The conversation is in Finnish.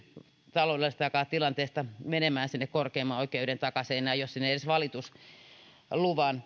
taloudellisestakaan tilanteesta johtuen menemään sinne korkeimman oikeuden takaseinään jos sinne edes valitusluvan